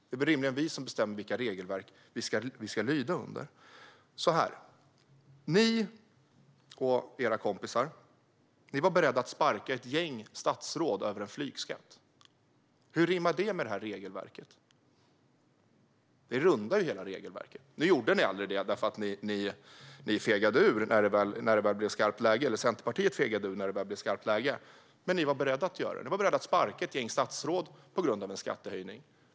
Det är rimligen vi som bestämmer vilka regelverk vi ska lyda under. Ni och era kompisar var beredda att sparka ett gäng statsråd på grund av en flygskatt. Hur rimmar det med regelverket? Det rundar ju hela regelverket. Nu gjorde ni aldrig det, för Centerpartiet fegade ur när det väl blev skarpt läge. Men ni var beredda att göra det. Ni var beredda att sparka ett gäng statsråd på grund av en skattehöjning.